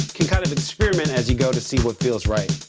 can kind of experiment as you go to see what feels right.